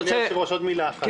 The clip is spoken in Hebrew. אדוני היושב-ראש, עוד מילה אחת.